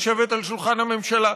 לשבת אל שולחן הממשלה,